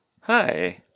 Hi